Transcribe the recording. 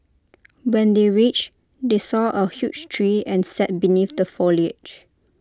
when they reached they saw A huge tree and sat beneath the foliage